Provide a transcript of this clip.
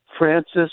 Francis